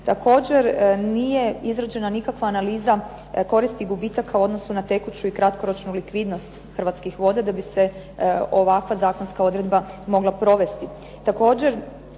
Također nije izrađena nikakva analiza koristi i gubitaka u odnosu na tekuću i kratkoročnu likvidnost hrvatskih voda, da bi se ovakva zakonska odredba mogla provesti.